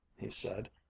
he said,